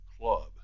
club